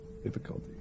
Difficulty